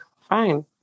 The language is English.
fine